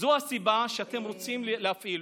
זו הסיבה שאתם רוצים להפעיל,